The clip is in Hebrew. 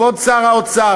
כבוד שר האוצר,